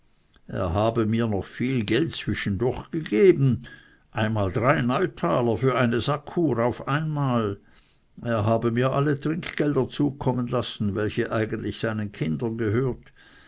er aber habe mir noch viel geld zwischendurch gegeben einmal drei neutaler für eine sackuhr auf einmal er habe mir alle trinkgelder zukommen lassen welche eigentlich seinen kindern gehört